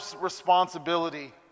responsibility